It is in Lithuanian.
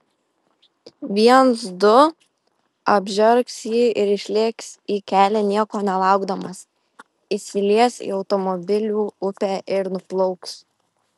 viens du apžergs jį ir išlėks į kelią nieko nelaukdamas įsilies į automobilių upę ir nuplauks